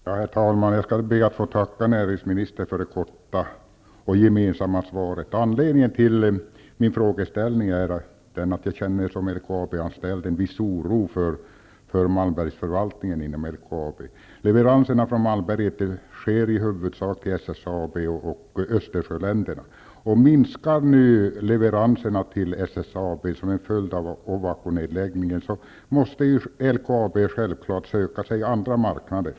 Herr talman! Jag ber att få tacka näringsministern för det korta och gemensamma svaret. Anledningen till min fråga är att jag som LKAB anställd känner en viss oro för SSAB och Östersjöländerna. Minskar nu leveranserna till SSAB som en följd av Ovakonedläggningen måste självfallet LKAB söka sig andra marknader.